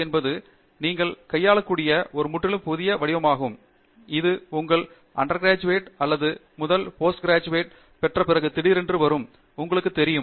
இது நீங்கள் கையாளக்கூடிய ஒரு முற்றிலும் புதிய வடிவமாகும் இது உங்கள் இளங்கலை பட்டம் அல்லது உங்கள் முதல் முதுகலை பட்டம் பெற்ற பிறகு திடீரென்று வரும் உங்களுக்குத் தெரியும்